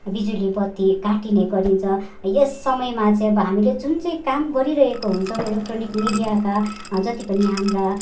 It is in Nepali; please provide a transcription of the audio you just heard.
बिजुली बत्ती काटिने गरिन्छ यस समयमा चाहिँ अब हामीले जुन चाहिँ काम गरिरहेको हुन्छौँ इलेक्ट्रोनिक मिडियाका जति पनि हाम्रा